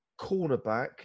cornerback